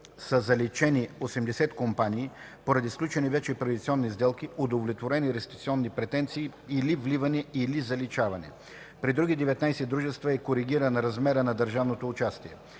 са заличени 80 компании поради сключени вече приватизационни сделки, удовлетворени реституционни претенции, или вливане или заличаване. При други 19 дружества е коригиран размерът на държавното участие.